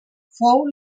fou